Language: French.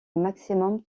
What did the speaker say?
maximum